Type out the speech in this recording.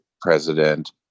President